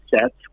sets